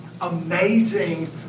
amazing